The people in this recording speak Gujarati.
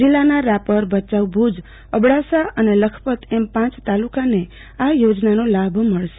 જિલ્લાના રાપર ભયાઉ ભુજઅબડાસા અને લખપત એમ પાંચ તાલુકાને આ યોજનાનો લાભ મળશે